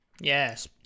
Yes